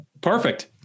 Perfect